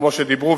כמו שאמרו,